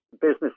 business